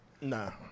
No